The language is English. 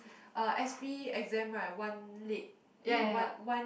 uh s_p exam right one late eh one one